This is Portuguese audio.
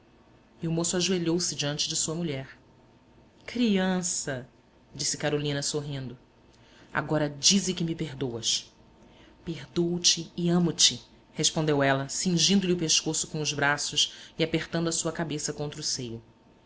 e o moço ajoelhou-se diante de sua mulher criança disse carolina sorrindo agora dize que me perdoas perdôo-te e amo-te respondeu ela cingindo lhe o pescoço com os braços e apertando a sua cabeça contra o seio